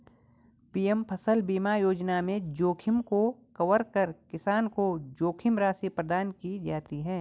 PM फसल बीमा योजना में जोखिम को कवर कर किसान को जोखिम राशि प्रदान की जाती है